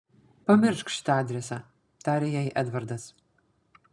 pamiršk šitą adresą tarė jai edvardas